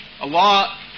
Allah